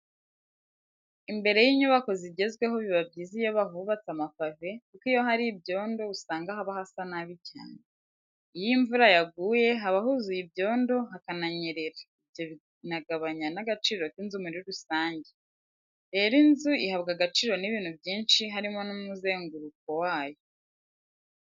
Imbere y'inyubako zigezweho biba byiza iyo bahubatse amapave kuko iyo hari ibyondo usanga haba hasa nabi cyane. Iyo imvura yaguye haba huzuye ibyondo hakananyerera, ibyo binagabanya n'agaciro k'inzu muri rusange. Rero inzu ihabwa agaciro n'ibintu byinshi harimo n'umuzenguruko wayo.